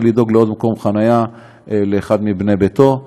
לדאוג לעוד מקום חניה לאחד מבני ביתו.